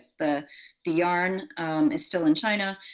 the the yarn is still in china.